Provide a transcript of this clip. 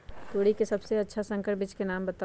तोरी के सबसे अच्छा संकर बीज के नाम बताऊ?